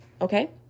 Okay